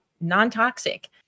non-toxic